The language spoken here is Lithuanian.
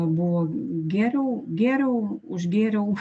buvo gėriau gėriau užgėriau